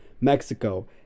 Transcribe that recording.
Mexico